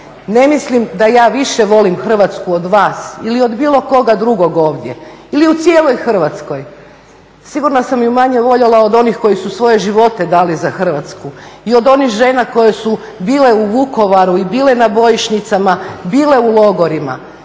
Ne mislim da ja više volim Hrvatsku od vas ili od bilo koga drugog ovdje ili u cijeloj Hrvatskoj, sigurno sam je manje voljela od onih koji su svoje živote dali za Hrvatsku i od onih žena koje su bile u Vukovaru i bile na bojišnicama, bile u logorima.